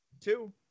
Two